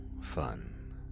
fun